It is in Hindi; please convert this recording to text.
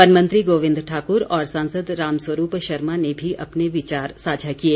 वन मंत्री गोविंद ठाकूर और सांसद राम स्वरूप शर्मा ने भी अपने विचार साझा किए